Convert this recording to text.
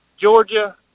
Georgia